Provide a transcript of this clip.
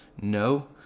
no